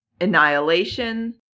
Annihilation